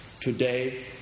Today